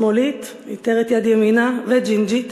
שמאלית, איטרת יד ימינה, וג'ינג'ית,